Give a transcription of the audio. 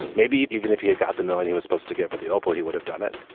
maybe even if he had got the million he was supposed to give for the oprah, he would have done it.